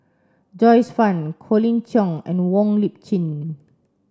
Joyce Fan Colin Cheong and Wong Lip Chin